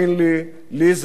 לי זה עולה יותר.